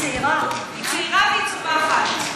היא צעירה והיא צורחת.